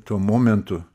tuo momentu